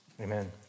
Amen